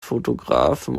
fotografen